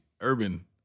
urban